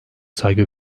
saygı